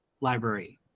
library